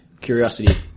Curiosity